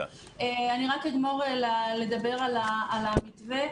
אני רק אסיים לדבר על המתווה